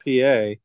PA